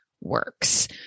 works